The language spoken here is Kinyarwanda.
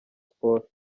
sports